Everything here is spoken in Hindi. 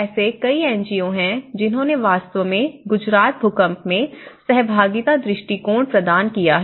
ऐसे कई एनजीओ हैं जिन्होंने वास्तव में गुजरात भूकंप में सहभागिता दृष्टिकोण प्रदान किया है